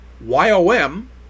Y-O-M